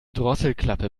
drosselklappe